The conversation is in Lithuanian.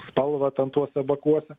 spalvą ten tuose bakuose